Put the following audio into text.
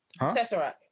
Tesseract